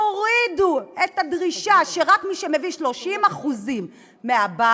תורידו את הדרישה שרק מי שמביא 30% מהבית